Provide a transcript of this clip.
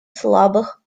слабых